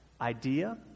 idea